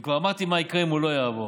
כבר אמרתי מה יקרה אם הוא לא יעבור.